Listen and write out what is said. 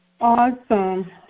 awesome